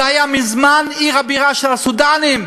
זו הייתה מזמן עיר הבירה של הסודאנים.